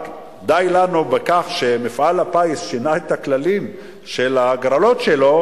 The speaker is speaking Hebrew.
די לנו בכך שמפעל הפיס שינה את הכללים של ההגרלות שלו